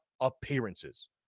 appearances